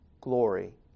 glory